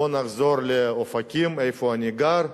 בוא נחזור לאופקים, איפה שאני גר,